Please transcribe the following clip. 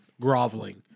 groveling